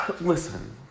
Listen